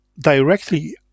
directly